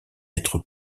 être